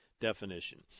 definition